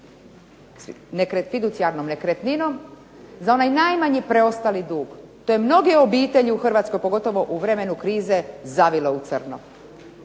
fiducijarnom nekretninom za onaj najmanji preostali dug. To je mnoge obitelji u Hrvatskoj pogotovo u vremenu krize zavilo u crno.